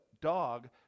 Dog